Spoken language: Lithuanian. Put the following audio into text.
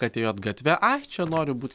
kad ėjot gatve o čia noriu būt